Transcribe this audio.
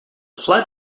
flood